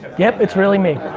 yep it's really me.